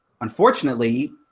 Unfortunately